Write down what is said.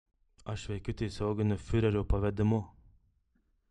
aš veikiu tiesioginiu fiurerio pavedimu